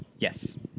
Yes